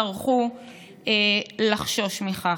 יצטרכו לחשוש מכך.